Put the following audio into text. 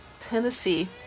Tennessee